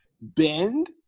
bend